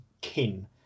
kin